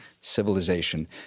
civilization